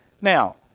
Now